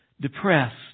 depressed